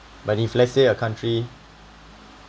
but if let's say your country